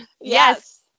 Yes